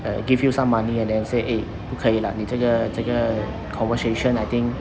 uh give you some money and then say eh 不可以 lah 你这个这个 conversation I think